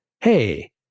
hey